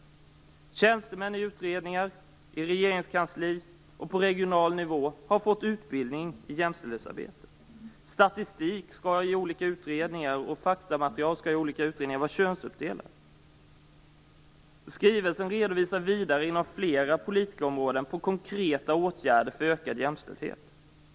Tjänstemän i utredningar, regeringskansli och på regional nivå har fått utbildning i jämställdhetsarbete. Statistik och faktamaterial skall i olika utredningar vara könsuppdelade. Skrivelsen redovisar vidare inom flera politikerområden på konkreta åtgärder för ökad jämställdhet.